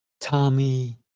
Tommy